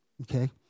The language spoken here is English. Okay